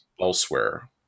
elsewhere